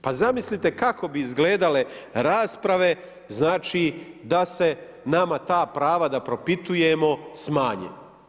Pa zamislite kako bi izgledale rasprave, znači, da se nama ta prava da propitujemo smanje.